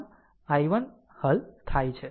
આમ આ i1 હલ થાય છે